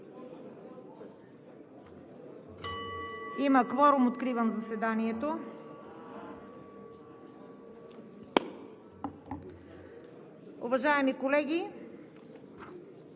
Има кворум. Откривам заседанието. Уважаеми колеги,